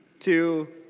to